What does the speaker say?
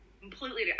Completely